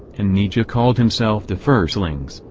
and nietzsche called himself the firstlings,